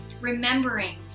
remembering